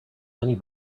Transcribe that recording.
many